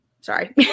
sorry